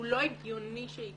לא הגיוני שזה יקרה.